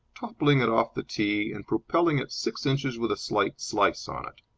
toppling it off the tee and propelling it six inches with a slight slice on it.